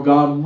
God